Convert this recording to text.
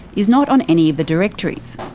is not on any of the directories.